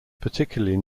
particularly